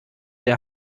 der